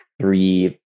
three